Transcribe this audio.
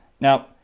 now